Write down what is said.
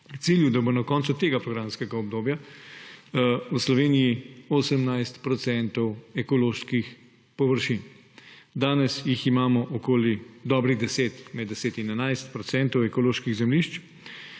cilju, da bo na koncu tega programskega obdobja v Sloveniji 18 procentov ekoloških površin. Danes jih imamo okoli dobrih 10, med 10 in 11 procentov ekoloških zemljišč